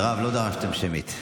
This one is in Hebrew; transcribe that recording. מירב, לא דרשתם שמית?